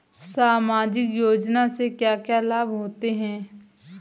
सामाजिक योजना से क्या क्या लाभ होते हैं?